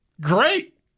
Great